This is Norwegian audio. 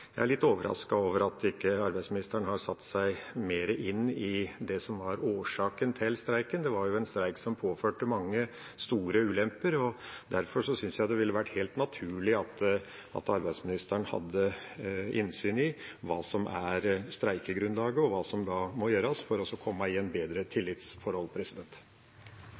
det som var årsaken til streiken. Det var en streik som påførte mange store ulemper. Derfor synes jeg det ville vært helt naturlig at arbeidsministeren hadde innsyn i hva som er streikegrunnlaget, og hva som må gjøres for å komme i et bedre tillitsforhold.